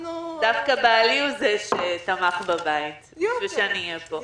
דווקא בעלי הוא זה שתמך בבית כדי שאני אהיה פה.